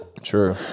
True